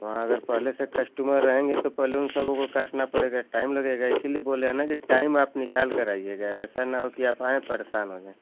वहाँ अगर पहले से कस्टमर रहेंगे तो पहले उन सबों को काटना पड़ेगा टाइम लगेगा इसीलिए बोले हैं ना कि टाइम आप निकालकर आइएगा ऐसा ना हो कि आप आएँ परेशान हो जाएँ